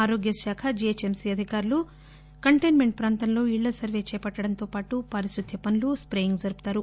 ఆరోగ్యశాఖ జీహెచ్ఎంసీ అధికారులు కంటైన్మెంట్ ప్రాంతంలో ఇళ్ల సర్వే చేపట్టడంతో పాటు పారిశుధ్య పనులు స్పేయింగ్ జరుపుతారు